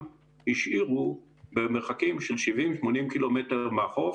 השאירו במרחקים של 80-70 קילומטר מהחוף,